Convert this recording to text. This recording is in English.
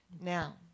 Now